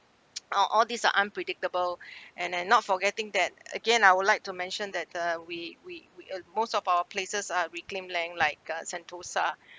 uh all these are unpredictable and and not forgetting that again I would like to mention that uh we we we ugh most of our places are reclaim land like uh sentosa